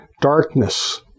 Darkness